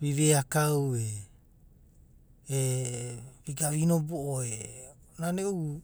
vi vea kam eh viga na vi nobo’o eh. Nan e’u